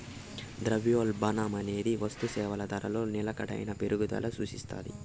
ద్రవ్యోల్బణమనేది వస్తుసేవల ధరలో నిలకడైన పెరుగుదల సూపిస్తాది